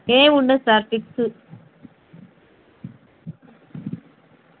ఏముండదు sir fix